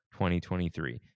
2023